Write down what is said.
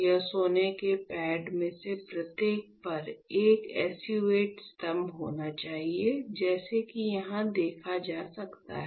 इस सोने के पैड में से प्रत्येक पर एक SU 8 स्तंभ होना चाहिए जैसा कि यहां देख सकते हैं